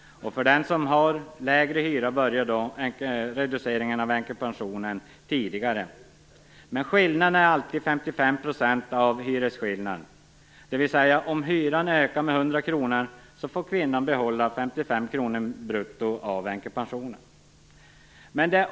För den som har lägre hyra börjar änkepensionen minska vid en lägre inkomst. Skillnaden är alltid 55 % av hyresskillnaden, dvs. om hyran ökar med 100 kronor, får kvinnan behålla 55 kronor brutto av änkepensionen.